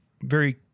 very-